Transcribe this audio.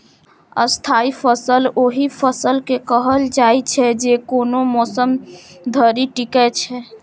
स्थायी फसल ओहि फसल के कहल जाइ छै, जे कोनो मौसम धरि टिकै छै